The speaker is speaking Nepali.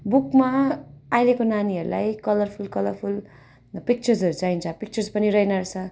बुकमा अहिलेको नानीहरूलाई कलरफुल कलरफुल अन्त पिक्चर्सहरू चाहिन्छ पिक्चर्सहरू रहेन रहेछ